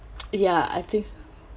ya I feel